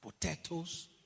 potatoes